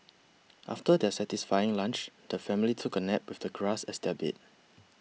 after their satisfying lunch the family took a nap with the grass as their bed